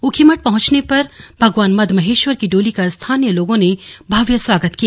ऊखीमठ पहुंचने पर भगवान मद महेश्वर की डोली का स्थानीय लोगों ने भव्य स्वागत किया